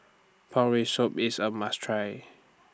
Pork Rib Soup IS A must Try